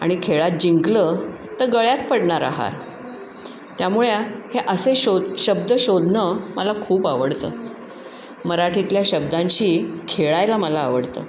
आणि खेळात जिंकलं तर गळ्यात पडणारा हार त्यामुळे हे असे शोध शब्द शोधणं मला खूप आवडतं मराठीतल्या शब्दांशी खेळायला मला आवडतं